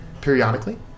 periodically